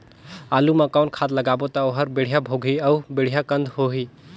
आलू मा कौन खाद लगाबो ता ओहार बेडिया भोगही अउ बेडिया कन्द होही?